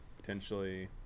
potentially